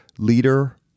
leader